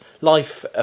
life